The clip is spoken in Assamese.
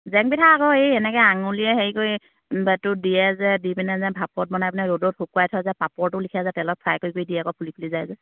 জেং পিঠা আকৌ হেৰি এনেকে আঙুলিয়ে হেৰি কৰিটো দিয়ে যে দি পিনে যে ভাপত বনাই পিনে ৰ'দত শুকুৱাই থয় যে পাপৰটো লেখিয়া যে তেলত ফ্ৰাই কৰি দিয়ে আকৌ ফুলি ফুলি যায় যে